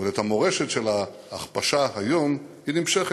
אבל המורשת של ההכפשה היום, היא נמשכת.